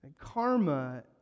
karma